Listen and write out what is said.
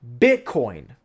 Bitcoin